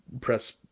press